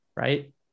right